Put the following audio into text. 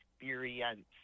experience